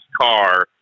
car